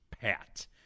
Pat